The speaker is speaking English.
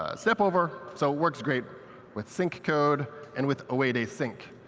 ah step over so works great with sync code and with o eight async,